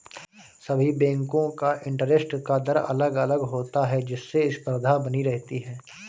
सभी बेंको का इंटरेस्ट का दर अलग अलग होता है जिससे स्पर्धा बनी रहती है